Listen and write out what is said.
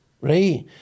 right